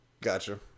Gotcha